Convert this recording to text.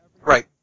Right